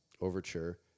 overture